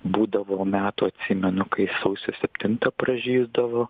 būdavo metų atsimenu kai sausio septintą pražysdavo